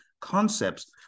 concepts